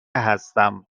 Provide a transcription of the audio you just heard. هستم